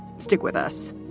stick with us